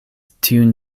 tiun